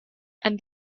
and